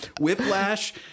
Whiplash